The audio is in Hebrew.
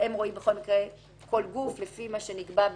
שרואים כל גוף לפי מה שנקבע,